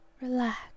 Relax